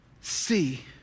see